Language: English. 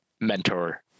mentor